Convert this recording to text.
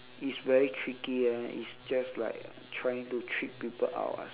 is very tricky ah is just like trying to trick people out ah so you